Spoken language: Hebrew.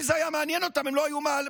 אם זה היה מעניין אותם הם לא היו מציעים